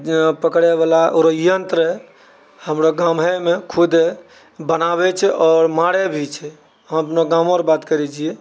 जे पकड़ैवला आओर यन्त्र हमरा गामेमे खुद बनाबै छै आओर मारै भी छै हम अपना गाम अरके बात करै छी